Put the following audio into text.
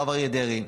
הרב אריה דרעי.